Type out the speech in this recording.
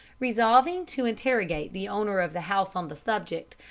resolving to interrogate the owner of the house on the subject,